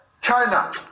China